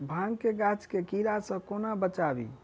भांग केँ गाछ केँ कीड़ा सऽ कोना बचाबी?